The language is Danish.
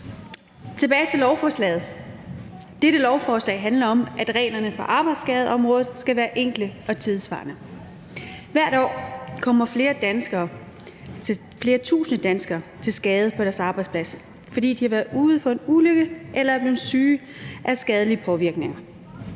Tilbage til lovforslaget: Dette lovforslag handler om, at reglerne på arbejdsskadeområdet skal være enkle og tidssvarende. Hvert år kommer flere tusinde danskere til skade på deres arbejdsplads, fordi de har været ude for en ulykke eller er blevet syge af skadelige påvirkninger.